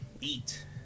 eat